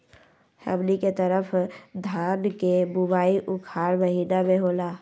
हमनी के तरफ धान के बुवाई उखाड़ महीना में होला